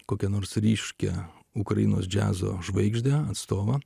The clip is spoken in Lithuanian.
kokią nors ryškią ukrainos džiazo žvaigždę stovą